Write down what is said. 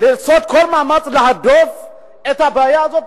לעשות כל מאמץ להדוף את הבעיה הזאת,